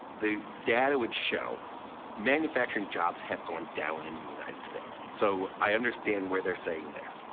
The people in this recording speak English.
the data would show manufacturing jobs have gone down in the united states, so i understand where they're saying there.